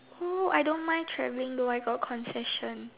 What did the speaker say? oh I don't mind traveling though I got concession